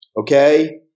Okay